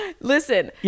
Listen